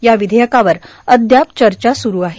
या विधेयकावर अद्याप चर्चा सुरू आहे